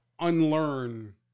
unlearn